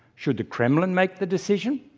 should the kremlin make the decision?